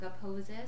poses